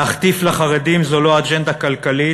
להחטיף לחרדים זה לא אג'נדה כלכלית,